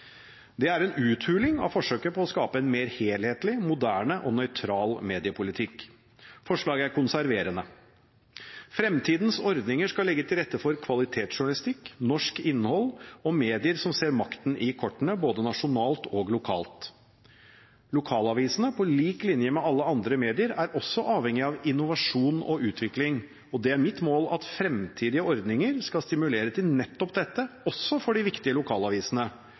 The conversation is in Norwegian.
Det er en uthuling av forsøket på å skape en mer helhetlig, moderne og nøytral mediepolitikk. Forslaget er konserverende. Fremtidens ordninger skal legge til rette for kvalitetsjournalistikk, norsk innhold og medier som ser makten i kortene, både nasjonalt og lokalt. Lokalavisene, på lik linje med alle andre medier, er også avhengige av innovasjon og utvikling, og det er mitt mål at fremtidige ordninger skal stimulere til nettopp dette, også for de viktige lokalavisene,